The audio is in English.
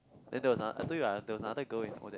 then there was another I told you [what] there was another girl in Odac